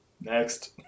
Next